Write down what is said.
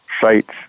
sites